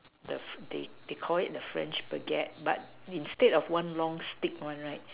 the they they Call it the French baguette but instead of one long stick [one] right